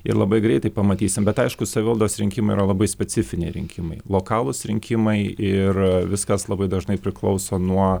ir labai greitai pamatysim bet aišku savivaldos rinkimai yra labai specifiniai rinkimai lokalūs rinkimai ir viskas labai dažnai priklauso nuo